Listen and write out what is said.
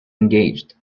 engaged